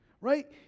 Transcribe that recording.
Right